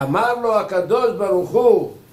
אמר לו הקדוש ברוך הוא